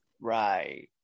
right